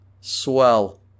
Swell